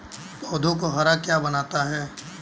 पौधों को हरा क्या बनाता है?